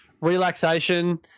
relaxation